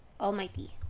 Almighty